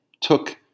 took